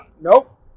Nope